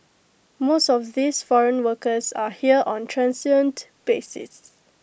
most of these foreign workers are here on A transient basis